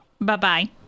Bye-bye